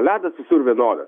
ledas visur vienodas